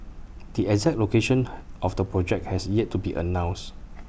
the exact location of the project has yet to be announced